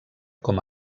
com